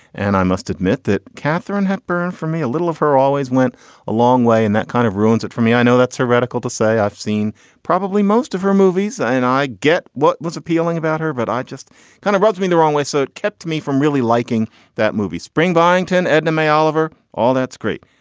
and i must admit that katharine hepburn for me, a little of her always went a long way in that kind of ruins it for me. i know that's heretical to say. i've seen probably most of her movies. and i get what was appealing about her, but i just kind of rubs me the wrong way. so it kept me from really liking that movie. spring biton, and edna mae oliver. all that's great.